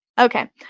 Okay